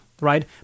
right